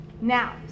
Now